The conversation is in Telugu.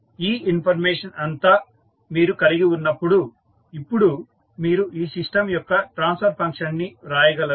ఈ ఇన్ఫర్మేషన్ అంతా మీరు కలిగి ఉన్నప్పుడు ఇప్పుడు మీరు ఈ సిస్టం యొక్క ట్రాన్స్ఫర్ ఫంక్షన్ ని రాయగలరు